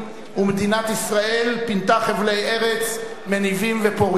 ומדינת ישראל פינתה חבלי ארץ מניבים ופוריים.